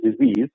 disease